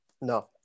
No